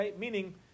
Meaning